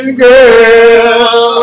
girl